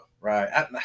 Right